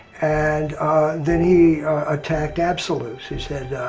and then he attacked absolutes. he said,